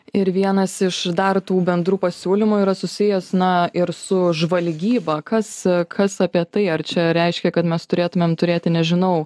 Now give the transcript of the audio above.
ir vienas iš dar tų bendrų pasiūlymų yra susijęs na ir su žvalgyba kas kas apie tai ar čia reiškia kad mes turėtumėm turėti nežinau